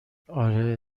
آره